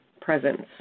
presence